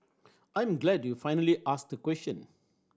I'm glad you finally asked a question